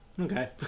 okay